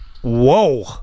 Whoa